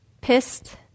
pissed